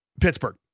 Pittsburgh